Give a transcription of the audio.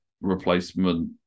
replacement